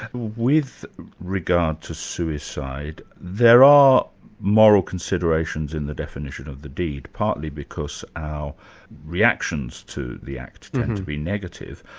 with regard to suicide, there are moral considerations in the definition of the deed, partly because our reactions to the act tend to be negative.